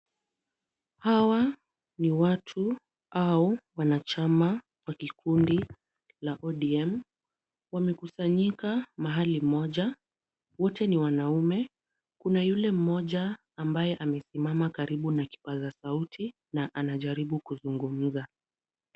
Hawa ni watu au wanachama wa kikundi la ODM. Wamekusanyika mahali moja. Wote ni wanaume. Kuna yule mmoja ambaye amesimama karibu na kipaza sauti na anajaribu kuzungumza.